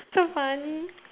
so funny